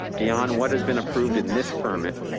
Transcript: beyond what has been approved in this permit?